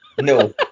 No